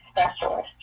specialist